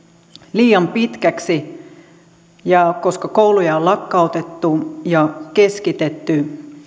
liian pitkäksi ja koska kouluja on lakkautettu ja keskitetty